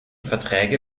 verträge